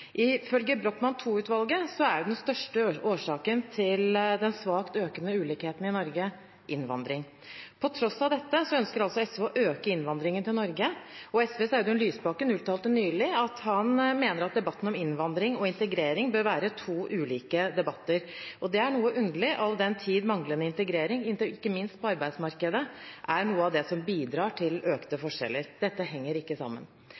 Ifølge Brochmann II-utvalget er den største årsaken til den svakt økende ulikheten i Norge innvandring. På tross av dette ønsker SV å øke innvandringen til Norge, og SVs Audun Lysbakken uttalte nylig at han mener at debatten om innvandring og integrering bør være to ulike debatter. Det er noe underlig, all den tid manglende integrering, ikke minst på arbeidsmarkedet, er noe av det som bidrar til økte forskjeller. Dette henger ikke sammen.